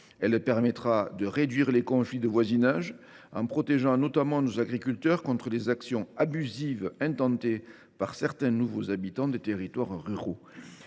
Elle permettra de réduire les conflits de voisinage, en protégeant notamment nos agriculteurs contre les actions abusives intentées par certains nouveaux habitants des territoires ruraux.